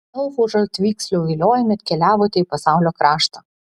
elfų žaltvykslių viliojami atkeliavote į pasaulio kraštą